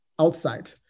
outside